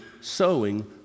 sowing